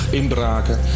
inbraken